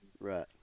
right